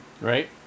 Right